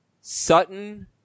Sutton